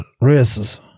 races